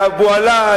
לאבו עלא,